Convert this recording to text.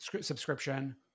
subscription